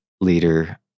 leader